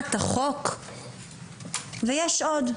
שמירת החוק ויש עוד,